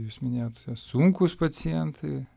jūs minėjot sunkūs pacientai